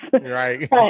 Right